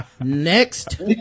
Next